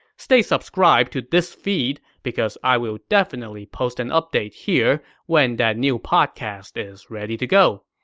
stay subscribed to this feed, because i will definitely post an update here when that new podcast is ready to go.